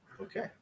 Okay